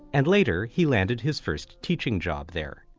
and later he landed his first teaching job there.